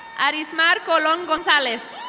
arizman cologne gonzalez.